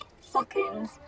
seconds